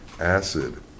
acid